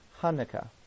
Hanukkah